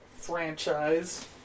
franchise